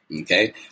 Okay